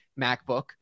MacBook